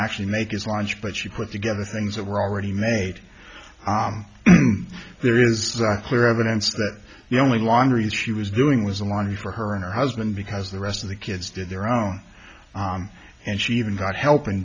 actually make his lunch but she put together things that were already made there is clear evidence that the only laundries she was doing was a laundry for her and her husband because the rest of the kids did their own and she even got helping